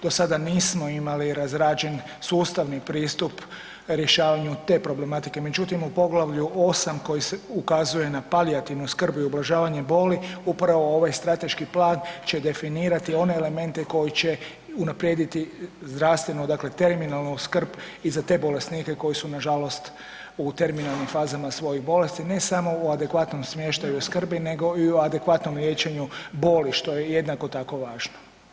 Do sada nismo imali razrađen sustavni pristup rješavanju te problematike, međutim u poglavlju 8 koji ukazuje na palijativnu skrb i ublažavanje boli upravo ovaj strateški plan će definirati one elemente koji će unaprijediti zdravstvenu dakle terminalnu skrb i za te bolesnike koji su nažalost u terminalnim fazama svojih bolesti, ne samo u adekvatnom smještaju i skrbi nego i u adekvatnom liječenju boli, što je jednako tako važno.